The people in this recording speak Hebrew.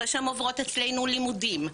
אחרי שהן עוברות אצלנו לימודים,